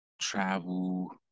travel